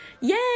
yay